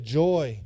joy